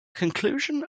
conclusion